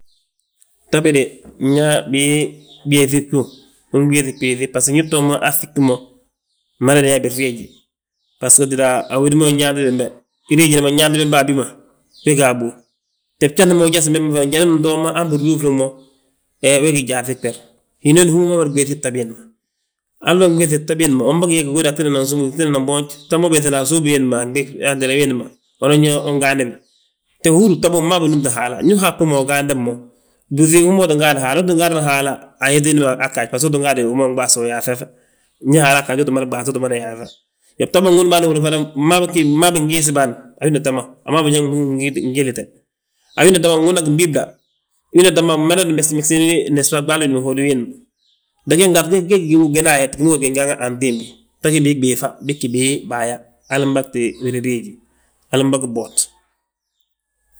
bta be de, nyaa bii ɓéŧi bgíw, unɓéŧi ɓéŧni bbaso ndi btoo mo han ŧiɓi mo. Mma raati fiiñe, bbas títa a wédi ma unyaa bi bembe, giriijina ma nyaanti bembe a bi ma. Be ga a bów, te bjasi ma unjasbi bembe fana jandi bintoo mo, han bindúfti mo, we gí gyaaŧi gber. Hinooni hú ma hi mada ɓéŧi bta biindi ma, halla unɓéŧ bta biindi ma? Unbagi yaa, gigudi aa ttinana nsúm, gi tinana boonj, ta ma ubiiŧani a suubi wiindi ma, a wentele wiindi ma unan yaa: Ungaanda bi, te uhúri bta bommu mmabi nnúmti haala. Ndu uhabu mo, ugaandab mo, flúŧi hú maa tti gaadi haala, uu tti gaadi mo haala ayet wiindi ma aa ggaaj. Bbaso utin gaadi wi ma unɓaste, uyaaŧaŧ, ndi haalaa ggaaj uu ttin mada ɓaasa uu ttin mada yaaŧa. Iyoo, bta bo nwun hal gudi fana, mmabi, mmabi ngiisi bâan. A wina ta ma, a wi ma wi biñaŋ mbúŋ ngiislite, a wina ta ma win wuna gibibla, wina ta ma wi madana megesi megesini, nesba ɓaali wiindi ma, hódi wiindi ma. Mee ge gdaatu ge gí gina ayet, wi ma húri yaa wi janga antimbi, ta gí bii ɓéŧa, bii ggi bii baaya, hali mbatti hali mbagi bwoot